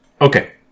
Okay